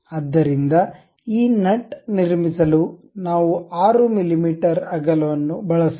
ಆದ್ದರಿಂದ ಈ ನಟ್ ನಿರ್ಮಿಸಲು ನಾವು 6 ಮಿಮೀ ಅಗಲವನ್ನು ಬಳಸೋಣ